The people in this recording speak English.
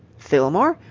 fillmore?